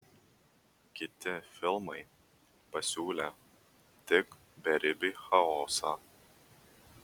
kiti filmai pasiūlė tik beribį chaosą